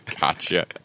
Gotcha